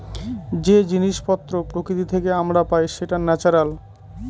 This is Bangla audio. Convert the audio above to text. যে জিনিস পত্র প্রকৃতি থেকে আমরা পাই সেটা ন্যাচারাল